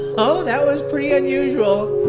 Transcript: no that was pretty unusual,